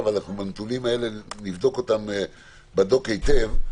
את הנתונים האלה אנחנו נבדוק בדוק היטב.